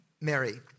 Mary